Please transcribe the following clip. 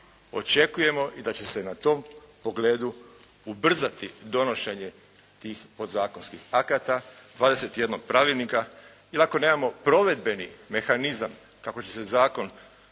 Očekujemo i da će se na tom pogledu ubrzati donošenje tih podzakonskih akata, 21 pravilnika, jer ako nemamo provedbeni mehanizam kako će se zakon